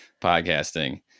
podcasting